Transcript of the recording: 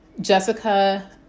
Jessica